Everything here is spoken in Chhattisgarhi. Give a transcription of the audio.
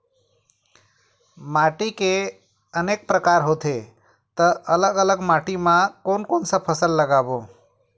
माटी के अनेक प्रकार होथे ता अलग अलग माटी मा कोन कौन सा फसल लगाबो?